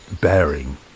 bearing